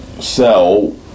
Sell